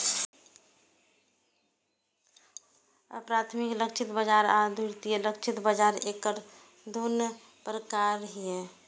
प्राथमिक लक्षित बाजार आ द्वितीयक लक्षित बाजार एकर दू प्रकार छियै